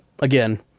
again